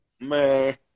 man